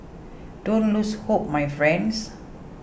don't lose hope my friends